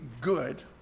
good